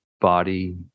body